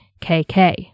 KK